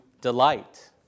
delight